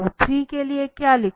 3 के लिए क्या लिखूं